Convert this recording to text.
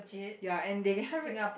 ya and they hurry